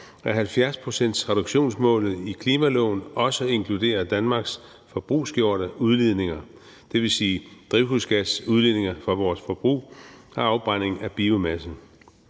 70-procentsreduktionsmålet i klimaloven også inkluderer Danmarks forbrugsopgjorte udledninger, dvs. drivhusgas, udledninger fra vores forbrug og afbrænding af biomasse.